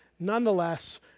Nonetheless